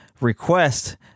request